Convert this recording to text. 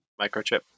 microchip